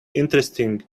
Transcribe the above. interesting